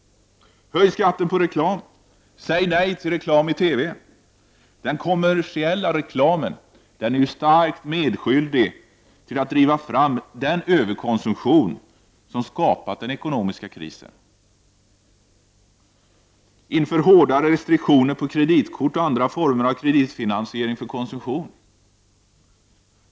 Höj skatten på reklam och säg nej till reklam i TV. Den kommersiella reklamen är starkt medskyldig till att driva fram den överkonsumtion som skapat den ekonomiska krisen. Inför hårdare restriktioner på kreditkort och andra former för kreditfinansiering av konsumtionen.